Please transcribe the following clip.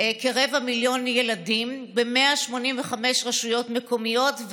כרבע מיליון ילדים ב-185 רשויות מקומיות,